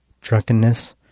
drunkenness